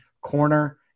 corner